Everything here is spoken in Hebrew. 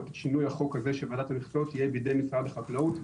את שינוי החוק הזה שוועדת המכסות תהיה בידי משרד החקלאות,